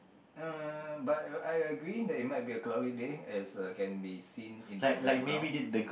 uh but I agree that it might be a cloudy day as uh can be seen in the background